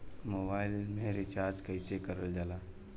Mobile में recharge कइसे करल जाला?